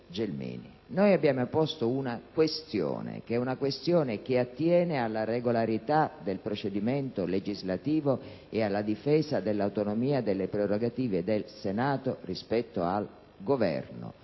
Noi abbiamo posto una questione, che attiene alla regolarità del procedimento legislativo e alla difesa dell'autonomia delle prerogative del Senato rispetto al Governo